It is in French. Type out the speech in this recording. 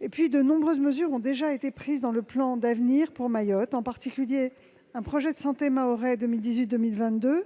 Par ailleurs, de nombreuses mesures ont déjà été prises dans le plan d'action pour l'avenir de Mayotte, en particulier le projet de santé mahorais 2018-2022,